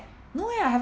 no way I haven't